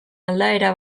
aldaera